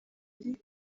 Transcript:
iri